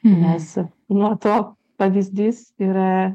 nes nuo to pavyzdys yra